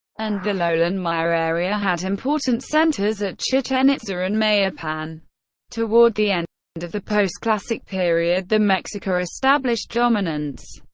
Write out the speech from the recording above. and the lowland maya area had important centers at chichen itza and mayapan. toward the end and of the post-classic period, the mexica established dominance.